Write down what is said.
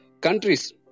Countries